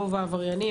רוב העבריינים,